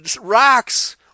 rocks